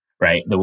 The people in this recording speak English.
right